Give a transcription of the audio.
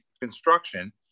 construction